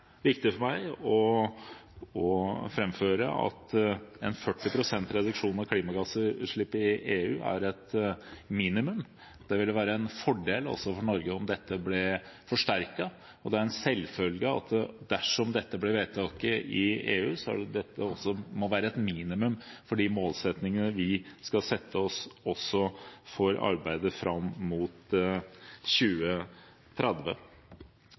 viktig for meg å framføre at en 40 pst. reduksjon av klimagassutslipp i EU er et minimum. Det ville være en fordel, også for Norge, om dette ble forsterket, og det er en selvfølge at dersom dette blir vedtaket i EU, må det også være et minimum for de målsettingene vi skal sette for vårt arbeid fram mot 2030.